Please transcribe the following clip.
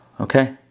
Okay